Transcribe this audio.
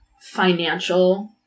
financial